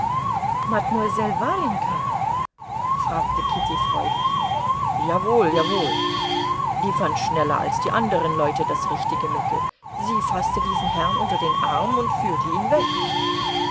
warjenka fragte kitty freudig jawohl jawohl die fand schneller als die andern leute das richtige mittel sie faßte diesen herrn unter den arm und führte ihn weg